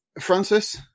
Francis